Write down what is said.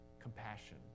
compassion